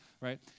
right